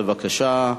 בבקשה.